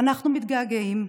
ואנחנו מתגעגעים.